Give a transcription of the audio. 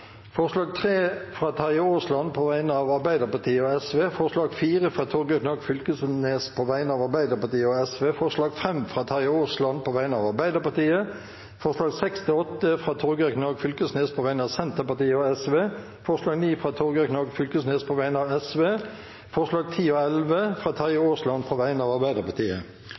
forslag nr. 3, fra Terje Aasland på vegne av Arbeiderpartiet og Sosialistisk Venstreparti forslag nr. 4, fra Torgeir Knag Fylkesnes på vegne av Arbeiderpartiet og Sosialistisk Venstreparti forslag nr. 5, fra Terje Aasland på vegne av Arbeiderpartiet forslagene nr. 6–8, fra Torgeir Knag Fylkesnes på vegne av Senterpartiet og Sosialistisk Venstreparti forslag nr. 9, fra Torgeir Knag Fylkesnes på vegne av Sosialistisk Venstreparti forslagene nr. 10 og 11, fra Terje Aasland på vegne av Arbeiderpartiet